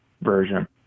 version